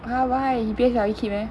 !huh! why he P_S_L_E kid meh